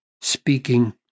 speaking